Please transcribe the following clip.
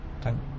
thank